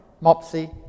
Mopsy